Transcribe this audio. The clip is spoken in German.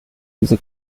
diese